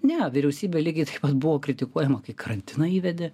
ne vyriausybė lygiai taip pat buvo kritikuojama kai karantiną įvedė